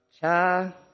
cha